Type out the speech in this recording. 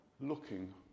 looking